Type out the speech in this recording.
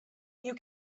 you